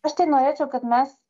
aš tai norėčiau kad mes